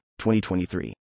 2023